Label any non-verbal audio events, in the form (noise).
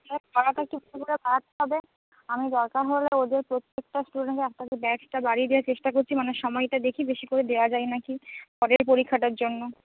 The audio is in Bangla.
(unintelligible) আমি দরকার হলে ওদের প্রত্যেকটা স্টুডেন্টের (unintelligible) ব্যাচটা বাড়িয়ে দেওয়ার চেষ্টা করছি মানে সময়টা দেখি বেশি করে দেওয়া যায় না কি পরের পরীক্ষাটার জন্য